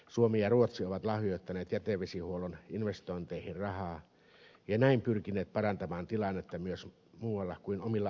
suomi ja ruotsi ovat lahjoittaneet jätevesihuollon investointeihin rahaa ja ovat näin pyrkineet parantamaan tilannetta myös muualla kuin omilla alueillaan